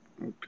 Okay